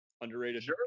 underrated